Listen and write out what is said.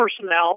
personnel